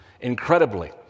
incredibly